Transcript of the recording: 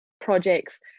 projects